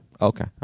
Okay